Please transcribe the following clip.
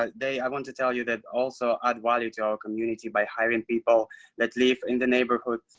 ah they i want to tell you that also add value to our community by hiring people that live in the neighborhood.